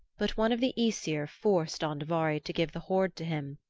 but one of the aesir forced andvari to give the hoard to him,